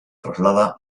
traslada